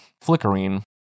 flickering